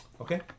Okay